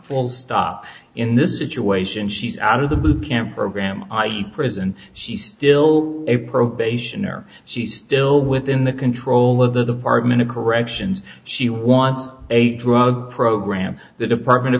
full stop in this situation she's out of the boot camp program prison she's still a probation or she's still within the control of the department of corrections she want a drug program the department of